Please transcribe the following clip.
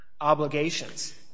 obligations